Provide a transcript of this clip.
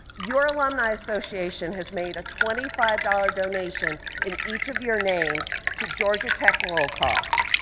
your alumni association has made a twenty five dollar donation in each of your names to georgia tech roll call.